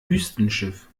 wüstenschiff